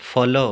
follow